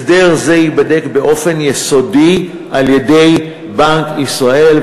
הסדר זה ייבדק באופן יסודי על-ידי בנק ישראל.